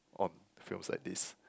on films like this